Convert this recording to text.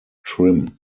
trim